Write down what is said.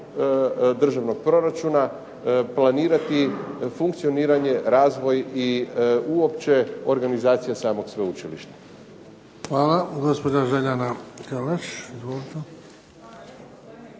državnog proračuna planirati funkcioniranje, razvoj i uopće organizacija samog sveučilišta. **Bebić, Luka (HDZ)** Hvala. Gospođa Željana Kalaš, izvolite.